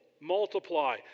multiply